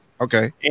Okay